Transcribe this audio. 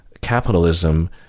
capitalism